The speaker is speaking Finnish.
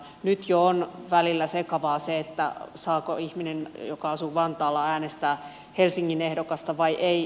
nyt jo on välillä sekavaa se saako ihminen joka asuu vantaalla äänestää helsingin ehdokasta vai ei